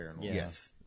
yes